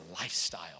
lifestyle